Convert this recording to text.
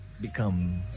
become